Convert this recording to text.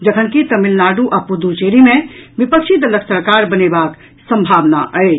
जखनकि तमिलनाडु आ पुद्दुचेरी मे विपक्षी दलक सरकार बनेबाक संभावना अछि